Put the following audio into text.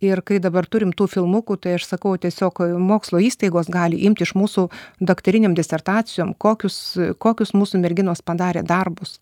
ir kai dabar turim tų filmukų tai aš sakau tiesiog mokslo įstaigos gali imti iš mūsų daktarinėm disertacijom kokius kokius mūsų merginos padarė darbus